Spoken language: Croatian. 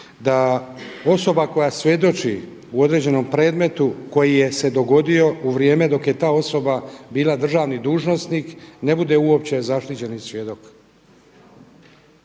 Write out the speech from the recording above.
da osoba koja svjedoči u određenom predmetu koji je se dogodio u vrijeme dok je ta osoba bila državni dužnosnik ne bude uopće zaštićeni svjedok?